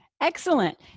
Excellent